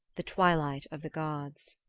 the twilight of the gods.